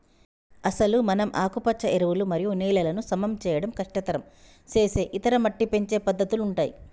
అసలు మనం ఆకుపచ్చ ఎరువులు మరియు నేలలను సమం చేయడం కష్టతరం సేసే ఇతర మట్టి పెంచే పద్దతుల ఉంటాయి